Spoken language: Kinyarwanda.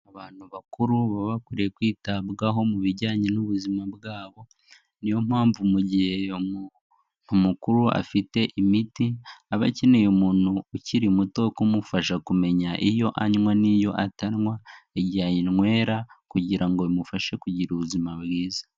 Abantu bakuru baba bakwiriye kwitabwaho mu bijyanye n'ubuzima bwabo, niyo mpamvu mu gihe umuntu mukuru afite imiti, aba akeneye umuntu ukiri muto wo kumufasha kumenya iyo anywa n'iyo atanywa, igihe ayinywera kugira ngo bimufashe kugira ubuzima bwiza.